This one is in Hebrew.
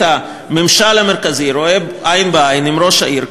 הממשל המרכזי רואה עין בעין עם ראש העיר,